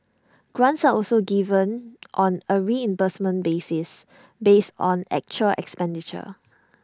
grants are also given on A reimbursement basis based on actual expenditure